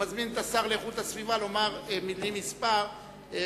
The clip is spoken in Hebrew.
ומזמין את השר לאיכות הסביבה לומר מלים מספר על